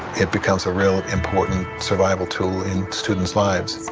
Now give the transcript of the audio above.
it becomes a really important survival tool in students' lives.